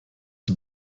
die